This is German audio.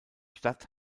stadt